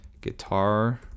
guitar